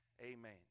Amen